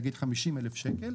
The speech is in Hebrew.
נגיד 50 אלף שקל,